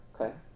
Okay